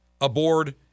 aboard